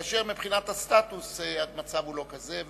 כאשר מבחינת הסטטוס המצב הוא לא כזה,